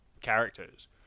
characters